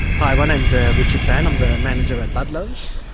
hi, my name's ah richard phan, i'm the manager at ludlows.